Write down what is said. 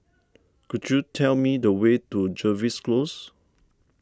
could you tell me the way to Jervois Close